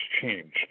changed